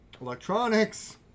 electronics